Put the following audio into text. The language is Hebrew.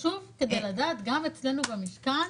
גם אצלנו במשכן